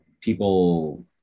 people